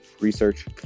research